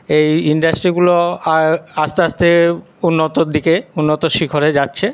এই ইন্ডাস্ট্রিগুলো আস্তে আস্তে উন্নতর দিকে উন্নত শিখরে যাচ্ছে